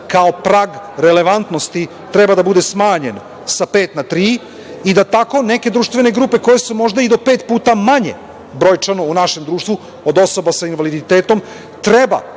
kao prag relevantnosti treba da bude smanjen sa 5% na 3% i da tako neke društvene grupe koje su možda i do pet puta manje brojčano u našem društvu od osoba sa invaliditetom treba